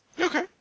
Okay